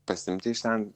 pasiimti iš ten